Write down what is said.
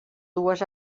dues